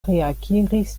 reakiris